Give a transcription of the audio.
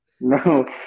no